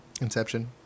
Inception